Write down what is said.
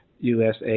USA